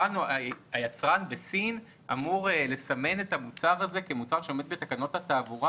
היצרן בסין אמור לסמן את המוצר הזה כמוצר שעומד בתקנות התעבורה?